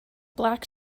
black